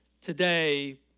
Today